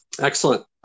Excellent